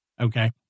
Okay